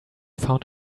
found